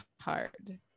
hard